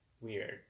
weird